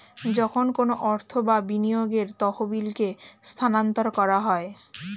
যখন কোনো অর্থ বা বিনিয়োগের তহবিলকে স্থানান্তর করা হয়